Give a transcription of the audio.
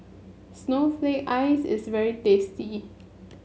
Snowflake Ice is very tasty